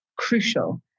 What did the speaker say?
crucial